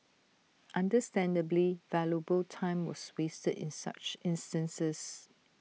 understandably valuable time was wasted in such instances